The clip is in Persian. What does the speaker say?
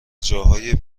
جاهای